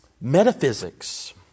Metaphysics